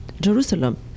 jerusalem